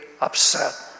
upset